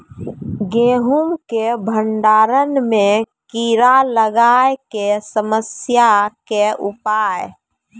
गेहूँ के भंडारण मे कीड़ा लागय के समस्या के उपाय?